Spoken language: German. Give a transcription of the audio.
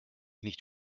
nicht